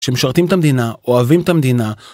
שמשרתים את המדינה, אוהבים את המדינה.